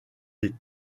des